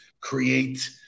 create